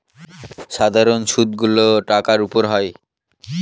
সাধারন সুদ গুলো টাকার উপর হয়